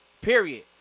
Period